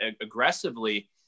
aggressively